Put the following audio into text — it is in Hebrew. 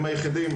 הם היחידים,